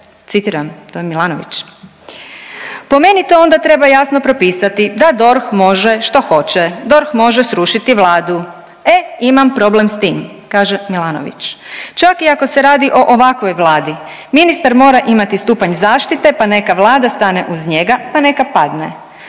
Citiram, to je Milanović.